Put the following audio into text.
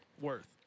worth